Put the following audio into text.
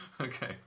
Okay